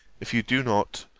if you do not,